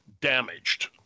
damaged